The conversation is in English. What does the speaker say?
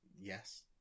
Yes